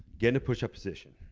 get in a pushup position.